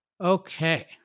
Okay